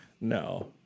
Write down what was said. No